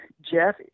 Jeff